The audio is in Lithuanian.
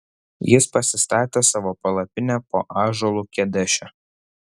jis pasistatė savo palapinę po ąžuolu kedeše